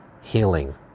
healing